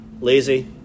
lazy